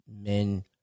Men